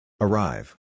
Arrive